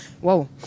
Whoa